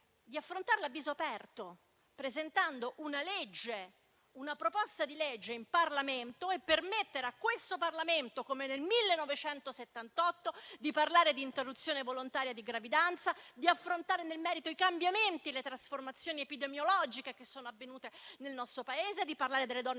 di affrontarla a viso aperto, presentando una proposta di legge in Parlamento e permettendo a questo Parlamento, come nel 1978, di parlare di interruzione volontaria di gravidanza; di affrontare nel merito i cambiamenti e le trasformazioni epidemiologiche avvenute nel nostro Paese; di parlare delle donne